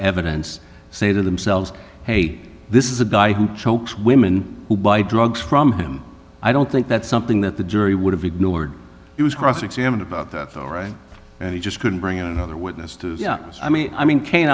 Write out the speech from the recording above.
evidence say to themselves hey this is a guy who chokes women who buy drugs from him i don't think that's something that the jury would have ignored he was cross examined about that all right and he just couldn't bring another witness to i mean i mean ca